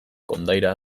kondaira